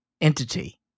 Entity